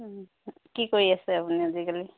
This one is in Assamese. ও কি কৰি আছে আপুনি আজিকালি